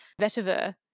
vetiver